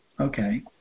Okay